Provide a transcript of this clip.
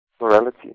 morality